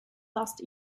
lost